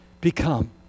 become